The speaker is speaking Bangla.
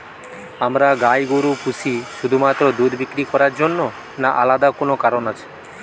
আমরা গাই গরু পুষি শুধুমাত্র দুধ বিক্রি করার জন্য না আলাদা কোনো কারণ আছে?